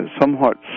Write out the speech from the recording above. somewhat